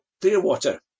Clearwater